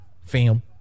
Fam